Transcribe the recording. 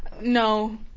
No